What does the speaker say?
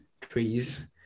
trees